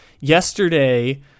yesterday